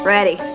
Ready